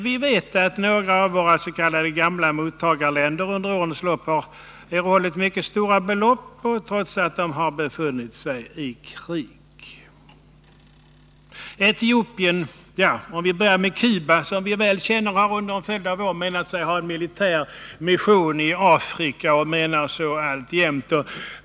Vi vet att några av våra s.k. gamla mottagarländer under årens lopp erhållit mycket stora belopp trots att de befunnit sig i krig. Cuba, som vi känner till väl, har under en följd av år menat sig ha en militär mission i Afrika och menar så alltjämt.